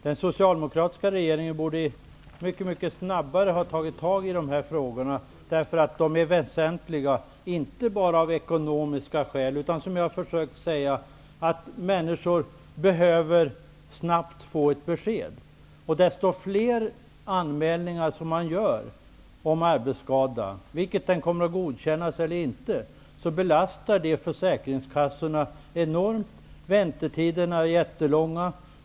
Den socialdemokratiska regeringen borde mycket snabbare ha tagit tag i dessa frågor. De är väsentliga inte bara av ekonomiska skäl. Jag har försökt säga att människor behöver få ett snabbt besked. Ju fler anmälningar som kommer in om arbetsskador -- vare sig de godkänns eller inte -- desto större belastning på försäkringskassorna. Väntetiderna är jättelånga.